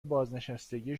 بازنشستگی